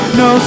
no